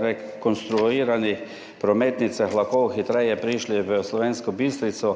rekonstruiranih prometnicah lahko hitreje prišli v Slovensko Bistrico